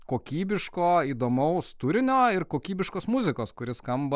kokybiško įdomaus turinio ir kokybiškos muzikos kuri skamba